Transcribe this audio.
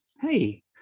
hey